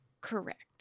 correct